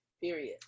period